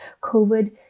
COVID